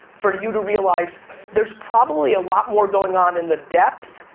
for you to realize there's probably a lot more going on in the depth,